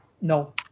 No